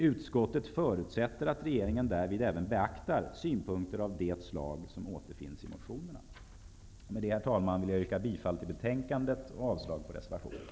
Utskottet förutsätter att regeringen därvid även beaktar synpunkter av det slag som återfinns i motionerna.'' Med det, herr talman, vill jag yrka bifall till utskottets hemställan och avslag på reservationen.